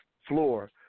floor